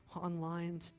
online